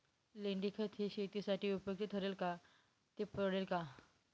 लेंडीखत हे शेतीसाठी उपयुक्त ठरेल का, ते परवडेल का?